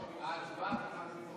היושב-ראש, הצבעה אפשר מפה?